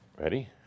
Ready